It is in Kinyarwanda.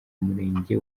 umurenge